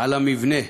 על המבנה